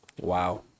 wow